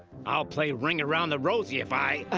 i'll play ring around the rosie if i.